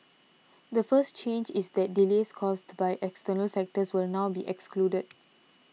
the first change is that delays caused by external factors will now be excluded